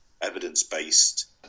evidence-based